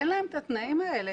אין להם התנאים האלה.